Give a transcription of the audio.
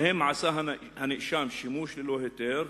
שבהם עשה הנאשם שימוש ללא היתר.